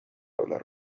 hablar